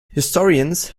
historians